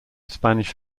spanish